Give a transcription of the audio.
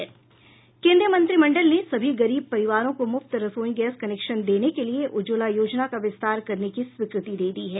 केन्द्रीय मंत्रिमंडल ने सभी गरीब परिवारों को मुफ्त रसोई गैस कनेक्शन देने के लिए उज्ज्वला योजना का विस्तार करने की स्वीकृति दे दी है